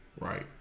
Right